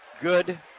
Good